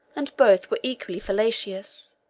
and both were equally fallacious.